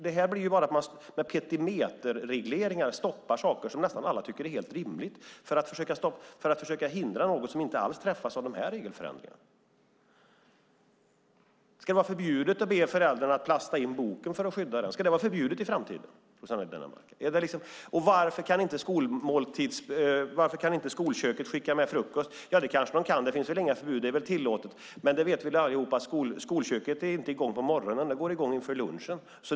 Det här blir bara att man med petimäterregleringar stoppar saker som nästan alla tycker är helt rimliga för att försöka hindra något som inte alls träffas av de här regelförändringarna. Ska det i framtiden vara förbjudet att be föräldrarna att plasta in boken för att skydda den, Rossana Dinamarca? Varför kan inte skolköket skicka med frukost? Ja, det kanske det kan. Det är väl tillåtet. Men vi vet ju allihop att skolköket inte är i gång på morgonen. Det går i gång inför lunchen.